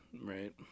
right